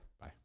Bye